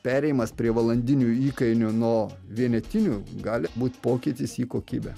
perėjimas prie valandinių įkainių nuo vienetinių gali būt pokytis į kokybę